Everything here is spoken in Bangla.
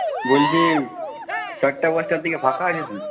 বলছি চারটে পাঁচটার দিকে ফাঁকা আছিস নাকি